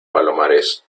palomares